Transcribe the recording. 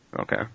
Okay